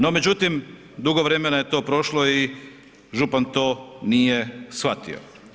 No međutim, dugo vremena je to prošlo i župan to nije shvatio.